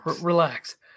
Relax